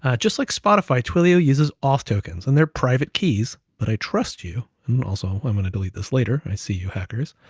ah just like spotify, twilio uses auth tokens, and their private keys, but i trust you, and also i'm gonna delete this later. i see you hackers.